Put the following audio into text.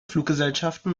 fluggesellschaften